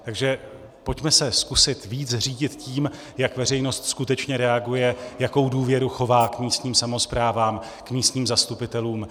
Takže pojďme se zkusit víc řídit tím, jak veřejnost skutečně reaguje, jakou důvěru chová k místním samosprávám, k místním zastupitelům.